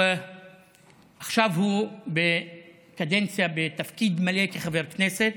עכשיו הוא בקדנציה בתפקיד מלא כחבר כנסת,